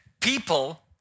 people